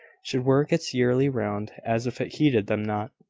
should work its yearly round as if it heeded them not.